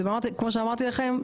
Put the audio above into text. זה כמו שאמרתי לכם,